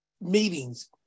meetings